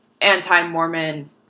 anti-Mormon